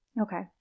Okay